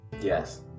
Yes